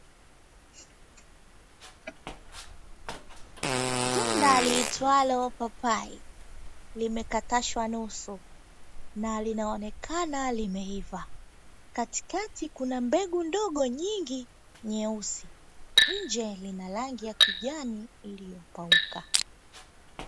Tunda liitwalo papai limekatashwa nusu na linaonekana limeuva, katikati kuna mbegu ndogo nyingi nyeusi, nje lina rangi ya kijani iliyopauka.